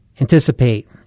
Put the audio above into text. anticipate